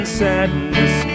sadness